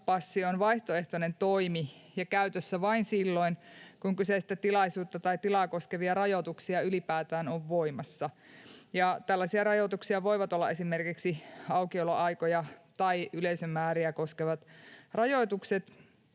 on vaihtoehtoinen toimi ja käytössä vain silloin, kun kyseistä tilaisuutta tai tilaa koskevia rajoituksia ylipäätään on voimassa, ja tällaisia rajoituksia voivat olla esimerkiksi aukioloaikoja tai yleisömääriä koskevat rajoitukset.